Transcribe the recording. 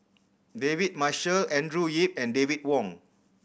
David Marshall Andrew Yip and David Wong